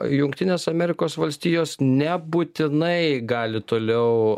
jungtinės amerikos valstijos nebūtinai gali toliau